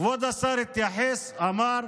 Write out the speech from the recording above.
כבוד השר התייחס, אמר: